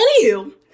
Anywho